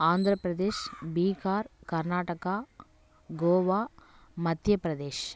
Andhra Pradesh Bihar Karnataka Goa Madhya Pradesh